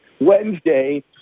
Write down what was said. Wednesday